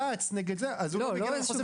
עתירה לבג"ץ אז הוא לא יידרש לעניין של חושף